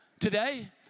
today